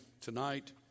tonight